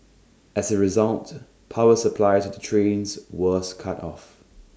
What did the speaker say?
as A result power supply to the trains was cut off